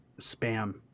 spam